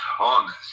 honest